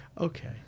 Okay